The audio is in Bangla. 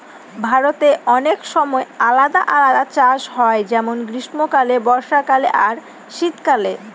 ভারতে অনেক সময় আলাদা আলাদা চাষ হয় যেমন গ্রীস্মকালে, বর্ষাকালে আর শীত কালে